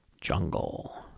Jungle